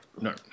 No